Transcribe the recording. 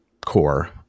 core